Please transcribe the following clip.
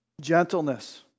Gentleness